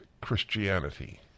Christianity